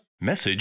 message